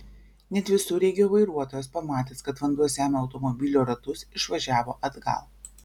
net visureigio vairuotojas pamatęs kad vanduo semia automobilio ratus išvažiavo atgal